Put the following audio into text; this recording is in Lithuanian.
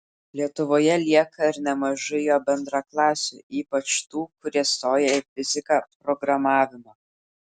lietuvoje lieka ir nemažai jo bendraklasių ypač tų kurie stoja į fiziką programavimą